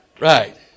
Right